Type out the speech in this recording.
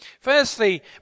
Firstly